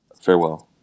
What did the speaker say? Farewell